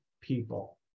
people